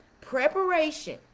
preparation